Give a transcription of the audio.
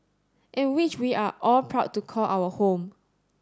and which we are all proud to call our home